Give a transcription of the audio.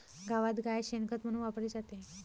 गावात गाय शेण खत म्हणून वापरली जाते